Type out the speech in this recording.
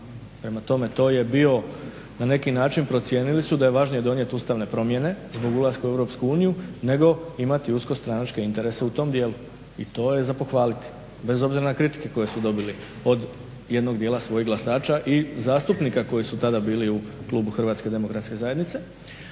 Prema tome, to je bio na neki način procijenili su da je važnije donijeti ustavne promjene zbog ulaska u Europsku uniju nego imati usko stranačke interese u tom dijelu i to je za pohvaliti, bez obzira na kritike koje su dobili od jednog dijela svojih glasača i zastupnika koji su tada bili u klubu HDZ-a. A što se tiče